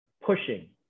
pushing